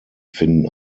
finden